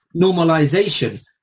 normalization